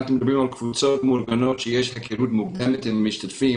אנחנו מדברים על קבוצות מאורגנות כאשר יש היכרות מוקדמת את המשתתפים.